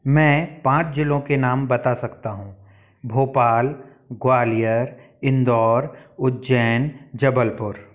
मैं पाँच जिलों के नाम बता सकता हूँ भोपाल ग्वालियर इंदौर उज्जैन जबलपुर